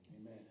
Amen